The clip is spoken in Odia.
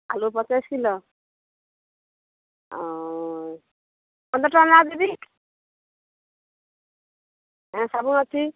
ଆଳୁ ପଚାଶ କିଲୋ ପନ୍ଦର ଟଙ୍କା ଲେଖାଁ ଦେବି ହଁ ସବୁ ଅଛି